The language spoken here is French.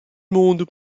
monde